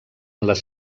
les